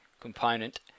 component